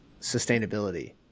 sustainability